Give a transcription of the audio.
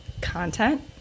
content